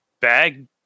bag